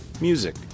Music